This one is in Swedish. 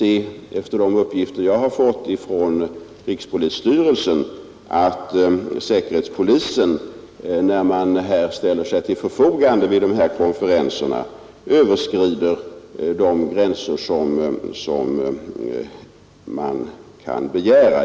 Efter de uppgifter som jag har fått från rikspolisstyrelsen kan jag inte finna att säkerhetspolisen, när den ställer sig till förfogande vid dessa konferenser, överskrider gränserna för sina befogenheter.